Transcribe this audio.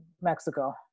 Mexico